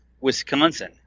Wisconsin